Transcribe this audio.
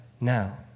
now